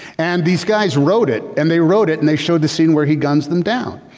and these guys wrote it and they wrote it and they showed the scene where he guns them down.